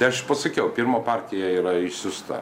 tai aš pasakiau pirma partija yra išsiųsta